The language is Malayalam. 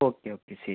ഓക്കെ ഓക്കെ ശരി